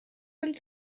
sind